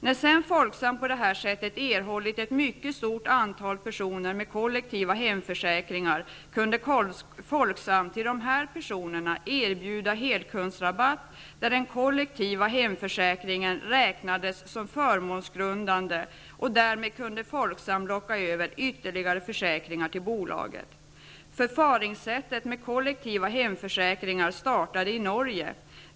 När sedan Folksam på det här sättet erhållit ett mycket stort antal personer med kollektiva hemförsäkringar, kunde Folksam till de personerna erbjuda helkundsrabatt, där den kollektiva hemförsäkringen räknades som förmånsgrundande, och därmed kunde Folksam locka över ytterligare försäkringar till bolaget. Förfaringssättet med kollektiva hemförsäkringar startade i Norge.